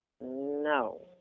No